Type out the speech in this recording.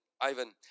Ivan